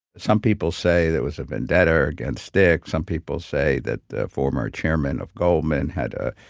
some people say that was a vendetta against dick, some people say that the former chairman of goldman had a